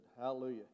Hallelujah